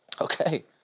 Okay